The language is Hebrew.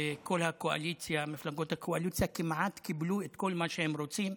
וכל מפלגות הקואליציה כמעט קיבלו את כל מה שהן רוצות.